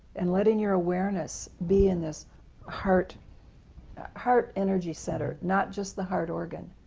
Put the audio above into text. and letting your awareness be in this heart heart energy center, not just the heart organ.